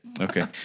Okay